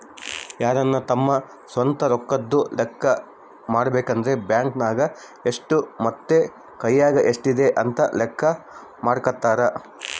ಯಾರನ ತಮ್ಮ ಸ್ವಂತ ರೊಕ್ಕದ್ದು ಲೆಕ್ಕ ಮಾಡಬೇಕಂದ್ರ ಬ್ಯಾಂಕ್ ನಗ ಎಷ್ಟು ಮತ್ತೆ ಕೈಯಗ ಎಷ್ಟಿದೆ ಅಂತ ಲೆಕ್ಕ ಮಾಡಕಂತರಾ